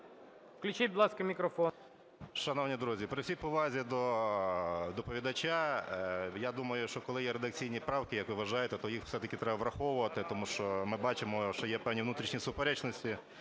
Включіть, будь ласка, мікрофон.